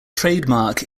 trademark